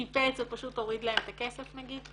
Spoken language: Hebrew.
שיפץ או פשוט הוריד להם את הכסף נגיד?